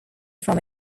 from